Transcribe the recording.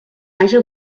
haja